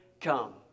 come